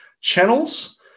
channels